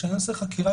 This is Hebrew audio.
כשאני עושה חקירה,